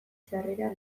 sarrera